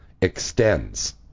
extends